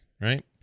right